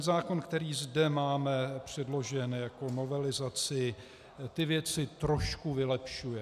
Zákon, který zde máme předložen jako novelizaci, ty věci trošku vylepšuje.